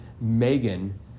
Megan